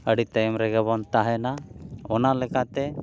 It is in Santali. ᱟᱹᱰᱤ ᱛᱟᱭᱚᱢ ᱨᱮᱜᱮ ᱵᱚᱱ ᱛᱟᱦᱮᱱᱟ ᱚᱱᱟ ᱞᱮᱠᱟᱛᱮ